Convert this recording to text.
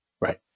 right